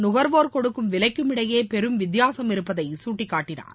நகர்வோர் கொடுக்கும் விலைக்கும் இடையே பெரும் வித்தியாசம் இருப்பதை சுட்டிக்காட்டனார்